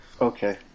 Okay